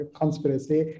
conspiracy